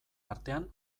artean